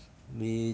你